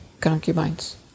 concubines